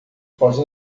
pode